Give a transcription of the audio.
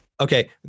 okay